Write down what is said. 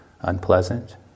unpleasant